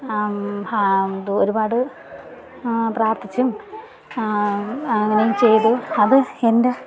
ഒരുപാട് പ്രാർത്ഥിച്ചും അങ്ങനെ ചെയ്തും അത് എൻ്റെ